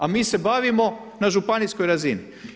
A mi se bavimo na županijskoj razini.